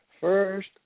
first